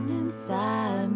inside